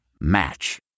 Match